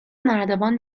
نردبان